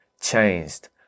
changed